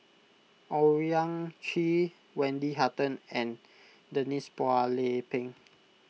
Owyang Chi Wendy Hutton and Denise Phua Lay Peng